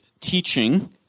teaching